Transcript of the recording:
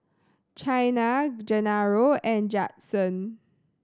Chyna Genaro and Judson